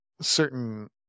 certain